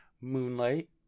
Moonlight